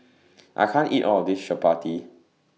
I can't eat All of This Chappati